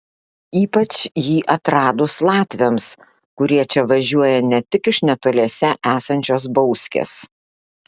ypač jį atradus latviams kurie čia važiuoja ne tik iš netoliese esančios bauskės